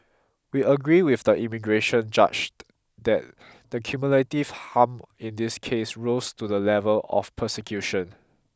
we agree with the immigration judge that the cumulative harm in this case rose to the level of persecution